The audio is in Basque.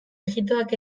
ijitoak